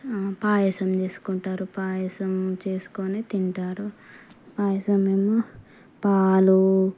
పాయసం చేసుకుంటారు పాయసం చేసుకొని తింటారు పాయసం ఏమో పాలు